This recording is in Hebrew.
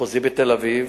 המחוזי בתל-אביב.